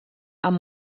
amb